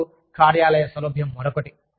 అప్పుడు కార్యాలయ సౌలభ్యం మరొకటి